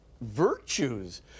Virtues